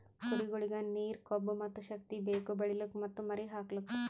ಕುರಿಗೊಳಿಗ್ ನೀರ, ಕೊಬ್ಬ ಮತ್ತ್ ಶಕ್ತಿ ಬೇಕು ಬೆಳಿಲುಕ್ ಮತ್ತ್ ಮರಿ ಹಾಕಲುಕ್